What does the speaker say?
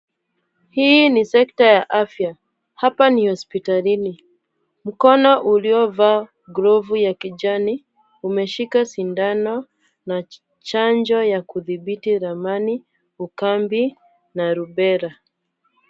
Hii ni sekta ya afya. Hapa ni hospitalini. Mkono uliovaa glovu ya kijani, umeshika sindano na chanjo ya kudhibiti ramani, ukambi na rubela